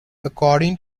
according